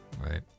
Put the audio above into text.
right